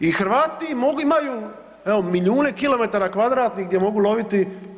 I Hrvati imaju milijune kilometara kvadratnih gdje mogu loviti.